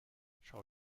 schau